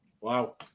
Wow